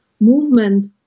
movement